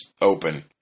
Open